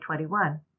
2021